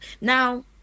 now